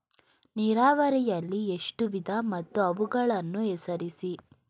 ನೀರಾವರಿಯಲ್ಲಿ ಎಷ್ಟು ವಿಧ ಮತ್ತು ಅವುಗಳನ್ನು ಹೆಸರಿಸಿ?